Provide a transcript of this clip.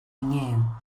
knew